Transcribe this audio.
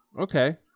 Okay